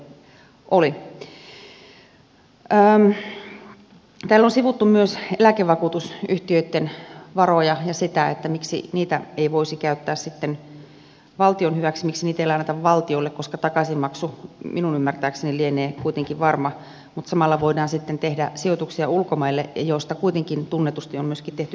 täällä on sivuttu myös eläkevakuutusyhtiöitten varoja ja sitä miksi niitä ei voisi käyttää valtion hyväksi miksi niitä ei lainata valtiolle vaikka takaisinmaksu minun ymmärtääkseni lienee kuitenkin varma mutta samalla voidaan sitten tehdä sijoituksia ulkomaille joista kuitenkin tunnetusti on myöskin tehty tappioita